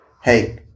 hey